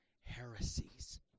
heresies